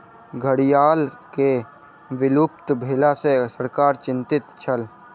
घड़ियाल के विलुप्त भेला सॅ सरकार चिंतित छल